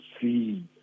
see